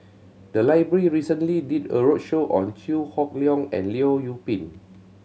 the library recently did a roadshow on Chew Hock Leong and Leong Yoon Pin